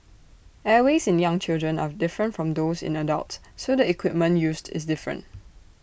airways in young children are different from those in adults so the equipment used is different